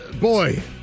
Boy